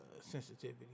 sensitivity